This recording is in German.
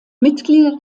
mitglieder